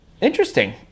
Interesting